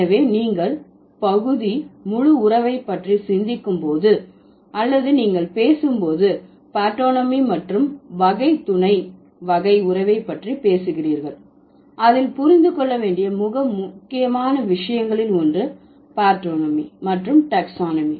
எனவே நீங்கள் பகுதி முழு உறவை பற்றி சிந்திக்கும் போது அல்லது நீங்கள் பேசும் போது பார்டோனமி மற்றும் வகை துணை வகை உறவை பற்றி பேசுகிறீர்கள் அதில் புரிந்து கொள்ள வேண்டிய மிக முக்கியமான விஷயங்களில் ஒன்று பார்டோனமி மற்றும் டாக்ஸானமி